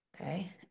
okay